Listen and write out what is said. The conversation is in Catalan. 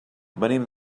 venim